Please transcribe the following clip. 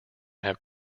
have